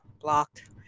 blocked